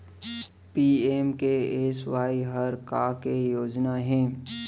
PMKSY हर का के योजना हे?